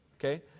Okay